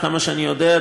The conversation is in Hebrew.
עד כמה שאני יודע,